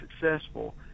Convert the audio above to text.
successful